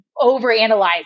overanalyze